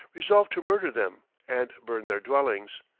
resolved to murder them and burn their dwellings.